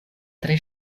tre